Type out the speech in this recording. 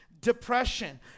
depression